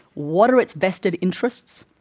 what are its vested interests?